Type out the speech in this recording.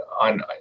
on